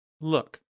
Look